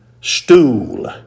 stool